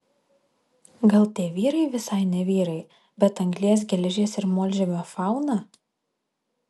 gal tie vyrai visai ne vyrai bet anglies geležies ir molžemio fauna